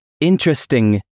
interesting